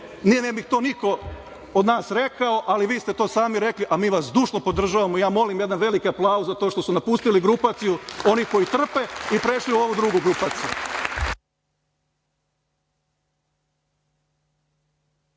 ne bi to niko od nas rekao, ali vi ste to sami rekli, a mi vas zdušno podržavamo. Ja molim jedan veliki aplauz za to što su napustili grupaciju oni koji trpe i prešli u ovu drugu grupaciju.